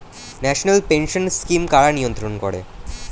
National pension scheme কারা নিয়ন্ত্রণ করে?